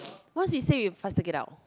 once we say it you faster get out